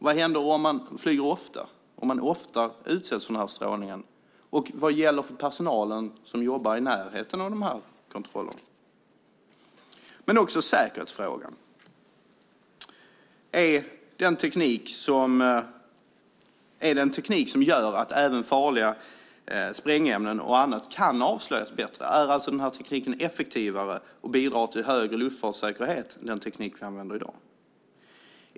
Vad händer om man flyger ofta, om man ofta utsätts för en sådan strålning? Vad gäller för personalen som jobbar i närheten av de här kontrollerna? Men vi har också säkerhetsfrågan. Är det en teknik som gör att farliga sprängämnen och även annat kan avslöjas bättre? Är alltså den här tekniken effektivare och bidrar den till större luftfartssäkerhet än den teknik vi använder i dag?